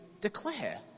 declare